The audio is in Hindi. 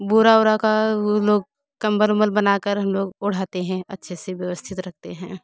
बोरी ओरी का हम लोग कंबल ओम्बल बना कर उन लोग ओढ़ाते हैं अच्छे से व्यवस्थित रखते हैं